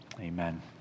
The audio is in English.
Amen